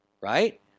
Right